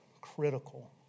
critical